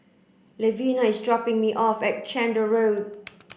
Levina is dropping me off at Chander Road